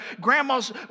Grandma's